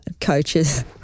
coaches